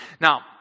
Now